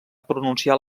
pronunciar